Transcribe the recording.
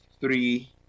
three